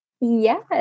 Yes